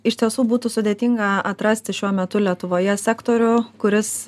iš tiesų būtų sudėtinga atrasti šiuo metu lietuvoje sektorių kuris